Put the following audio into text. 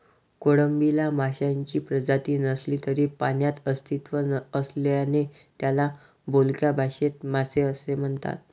कोळंबीला माशांची प्रजाती नसली तरी पाण्यात अस्तित्व असल्याने त्याला बोलक्या भाषेत मासे असे म्हणतात